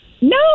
no